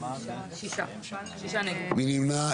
מי נמנע?